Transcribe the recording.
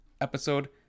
episode